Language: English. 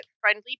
friendly